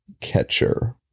catcher